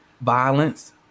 violence